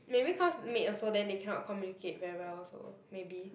maybe cause maid also then they cannot communicate very well also maybe